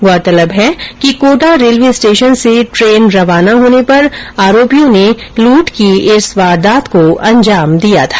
गौरतलब है कि कोटा रेल्वे स्टेशन से ट्रेन रवाना होने पर आरोपियों ने लूट की वारदात को अंजाम दिया था